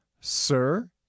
Sir